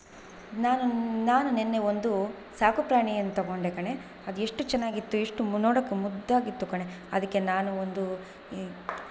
ನಾನು ನಾನು ನೆನ್ನೆ ಒಂದು ಸಾಕು ಪ್ರಾಣಿಯನ್ನ ತಗೊಂಡೆ ಕಣೇ ಅದು ಎಷ್ಟು ಚೆನ್ನಾಗಿತ್ತು ಎಷ್ಟು ಮು ನೋಡೋಕೆ ಮುದ್ದಾಗಿತ್ತು ಕಣೇ ಅದಕ್ಕೆ ನಾನು ಒಂದು